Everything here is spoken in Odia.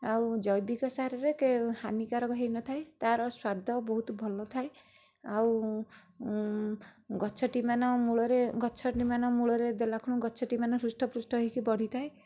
ଆଉ ଜୈବିକ ସାରରେ କେବେ ହାନିକାରକ ହୋଇନଥାଏ ତାର ସ୍ୱାଦ ବହୁତ ଭଲ ଥାଏ ଆଉ ଗଛଟିମାନ ମୂଳରେ ଗଛଟିମାନ ମୂଳରେ ଦେଲାଠାରୁ ଗଛଟି ହୃଷ୍ଟପୃଷ୍ଟ ହୋଇ ବଢ଼ିଥାଏ